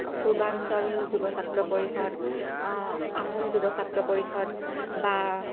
পূৰ্বাঞ্চল যুব ছাত্ৰ পৰিষদ আহোম যুব ছাত্ৰ পৰিষদ বা